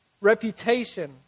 Reputation